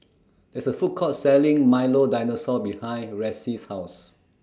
There IS A Food Court Selling Milo Dinosaur behind Ressie's House